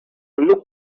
look